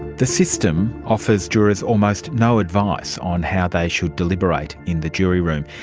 the system offers jurors almost no advice on how they should deliberate in the jury room,